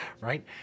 Right